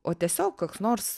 o tiesiog koks nors